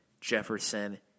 Jefferson